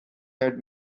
had